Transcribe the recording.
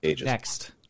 next